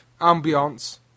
ambiance